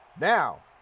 Now